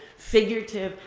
figurative,